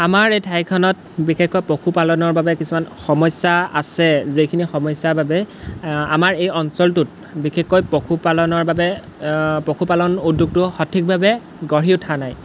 আমাৰ এই ঠাইখনত বিশেষকৈ পশুপালনৰ বাবে কিছুমান সমস্যা আছে যিখিনি সমস্যাৰ বাবে আমাৰ এই অঞ্চলটোত বিশেষকৈ পশুপালনৰ বাবে পশুপালন উদ্যোগটো সঠিকভাৱে গঢ়ি উঠা নাই